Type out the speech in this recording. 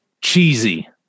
cheesy